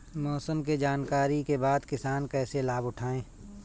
मौसम के जानकरी के बाद किसान कैसे लाभ उठाएं?